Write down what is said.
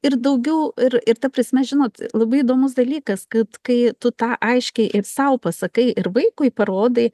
ir daugiau ir ir ta prasme žinot labai įdomus dalykas kad kai tu tą aiškiai ir sau pasakai ir vaikui parodai